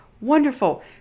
wonderful